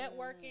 networking